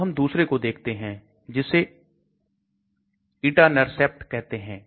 अब हम दूसरे को देखते हैं जिसे Etanercept कहते हैं